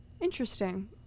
Interesting